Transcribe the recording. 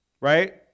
Right